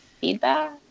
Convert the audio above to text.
feedback